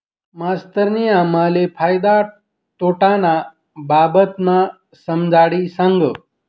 मास्तरनी आम्हले फायदा तोटाना बाबतमा समजाडी सांगं